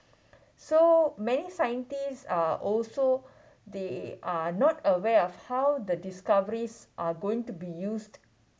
so many scientists are also they are not aware of how the discoveries are going to be used